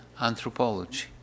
anthropology